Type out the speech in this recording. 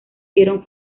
vieron